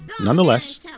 Nonetheless